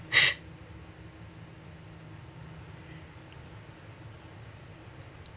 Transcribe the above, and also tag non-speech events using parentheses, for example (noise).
(laughs)